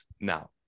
now